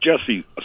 Jesse